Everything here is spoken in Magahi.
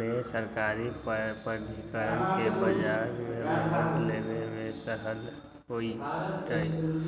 में सरकारी प्राधिकरण के बजार से उधार लेबे में सहज होतइ